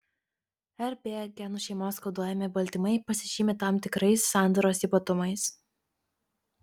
rb genų šeimos koduojami baltymai pasižymi tam tikrais sandaros ypatumais